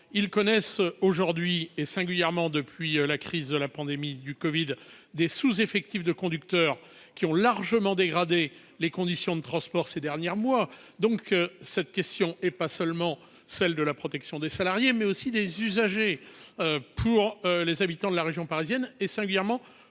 bus connaissent actuellement, et singulièrement depuis la crise de la pandémie du covid-19, des sous-effectifs de conducteurs qui ont amplement dégradé les conditions de transport ces derniers mois. Cette question n'est pas seulement celle de la protection des salariés ; c'est aussi celle des usagers de la région parisienne, en particulier ceux